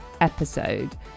episode